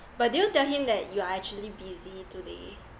but did you tell him that you are actually busy today